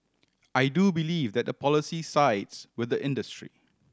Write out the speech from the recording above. I do believe that the policy sides with the industry